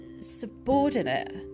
subordinate